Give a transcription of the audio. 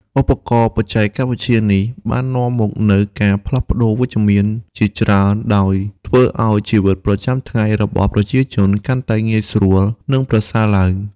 ឧបករណ៍បច្ចេកវិទ្យានេះបាននាំមកនូវការផ្លាស់ប្តូរវិជ្ជមានជាច្រើន ដោយធ្វើឱ្យជីវិតប្រចាំថ្ងៃរបស់ប្រជាជនកាន់តែងាយស្រួល និងប្រសើរឡើង។